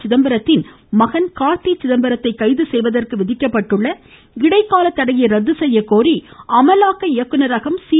சிதம்பரத்தின் மகன் கார்த்தி சிதம்பரத்தை கைது செய்வதற்கு விதிக்கப்பட்டுள்ள இடைக்கால தடையை ரத்து செய்யக்கோரி அமலாக்க இயக்குநரகம் சி